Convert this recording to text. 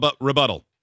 rebuttal